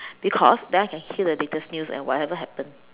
because then I can hear the latest news and whatever happen